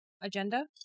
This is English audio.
agenda